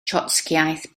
trotscïaeth